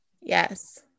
yes